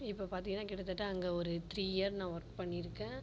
இப்போது பார்த்திங்னா கிட்டத்தட்ட அங்கே ஒரு த்ரீ இயர் நான் ஒர்க் பண்ணியிருக்கேன்